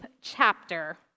chapter